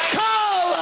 call